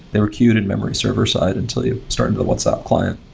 they were queued in memory server side until you started the whatsapp client.